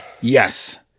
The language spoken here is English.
Yes